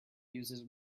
uses